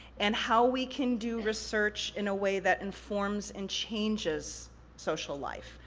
and how we can do research in a way that informs and changes social life.